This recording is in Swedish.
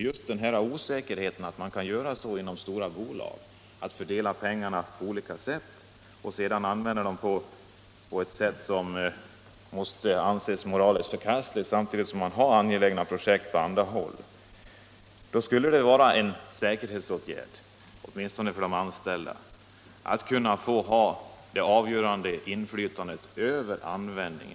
Det innebär osäkerhet att man kan göra så inom stora bolag att man, fastän det samtidigt finns angelägna projekt på andra håll, fördelar och använder pengarna på ett sätt som måste anses moraliskt förkastligt. Det skulle då vara en säkerhetsåtgärd att de anställda fick avgörande inflytande över fondernas användning.